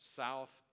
south